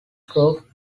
through